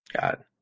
God